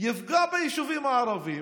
יפגע ביישובים הערביים,